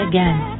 Again